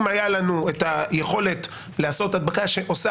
אם היה לנו את היכולת לעשות הדבקה שעושה